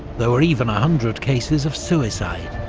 there were even a hundred cases of suicide.